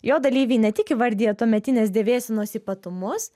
jo dalyviai ne tik įvardija tuometinės dėvėsenos ypatumus